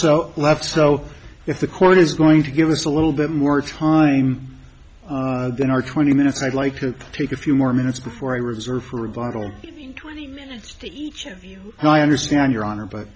so left so if the court is going to give us a little bit more time than our twenty minutes i'd like to take a few more minutes before i reserve for rebuttal and i understand your honor but